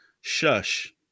shush